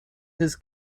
his